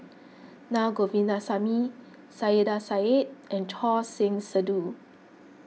Na Govindasamy Saiedah Said and Choor Singh Sidhu